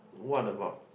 what about